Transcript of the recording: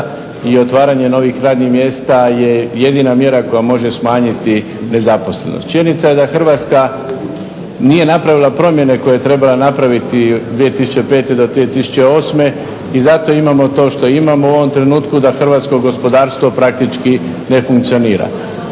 i otvaranju novih radnih mjesta je jedina mjera koja može smanjiti nezaposlenost. Činjenica da Hrvatska nije napravila promjene koje je trebala napraviti od 2005.do 2008. I zato imamo to što imamo u ovom trenutku da hrvatskog gospodarstvo praktički ne funkcionira.